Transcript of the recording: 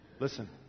Listen